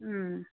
হুম